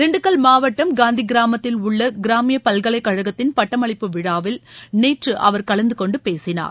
திண்டுக்கல் மாவட்டம் காந்திகிராமத்தில் உள்ள கிராமியப்பல்கலைக்கழகத்தின் பட்டமளிப்பு விழாவில் நேற்று அவர் கலந்து கொண்டு பேசினார்